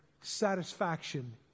satisfaction